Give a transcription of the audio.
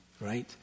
right